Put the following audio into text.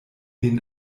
den